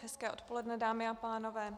Hezké odpoledne, dámy a pánové.